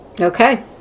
Okay